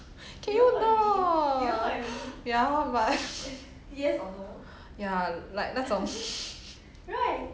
can you not ya but ya like 那种